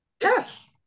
Yes